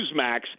Newsmax